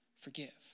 forgive